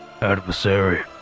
Adversary